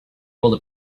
able